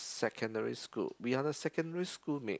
secondary school we are the secondary school mate